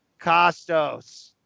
Costos